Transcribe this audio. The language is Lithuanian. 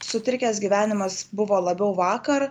sutrikęs gyvenimas buvo labiau vakar